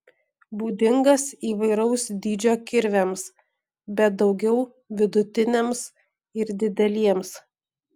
būdingas įvairaus dydžio kirviams bet daugiau vidutiniams ir dideliems